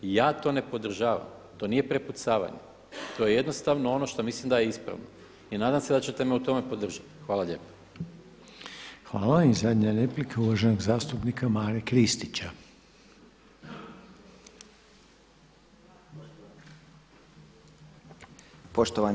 Ja to ne podržavam, to nije prepucavanje, to je jednostavno ono što mislim da je ispravno i nadam se da ćete me u tome podržati.